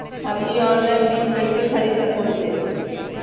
हमनी ऑनलाइन बीज कइसे खरीद सको हीयइ?